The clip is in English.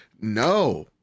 no